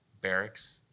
barracks